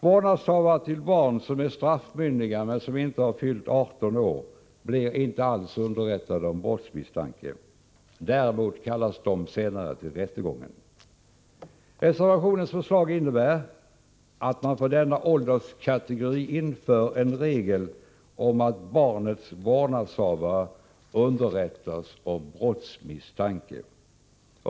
Vårdnadshavare till barn som är straffmyndiga men inte fyllt 18 år blir inte alls underrättade om brottsmisstanke. Däremot kallas de senare till rättegången. Reservationens förslag innebär att man för denna ålderskategori inför en regel om att barnets vårdnadshavare underrättas om brottsmisstanken.